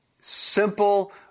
Simple